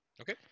Okay